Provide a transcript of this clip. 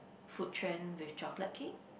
food trend with chocolate cake